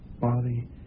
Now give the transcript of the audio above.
body